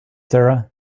sarah